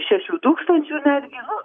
šešių tūkstančių netgi nu jos